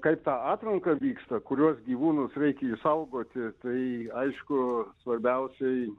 kai ta atranka vyksta kuriuos gyvūnus reikia išsaugoti tai aišku svarbiausiai